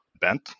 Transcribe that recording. bent